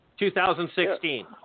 2016